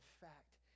fact